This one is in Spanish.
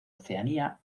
oceanía